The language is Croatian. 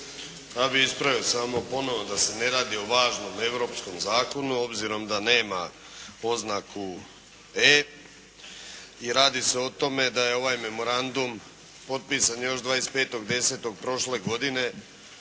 Ja bih ispravio samo ponovo da se ne radi o važnom europskom zakonu, obzirom da nema oznaku "E" i radi se o tome da je ovaj memorandum potpisan još 25.10. prošle godine,